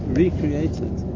recreated